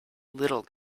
little